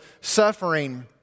suffering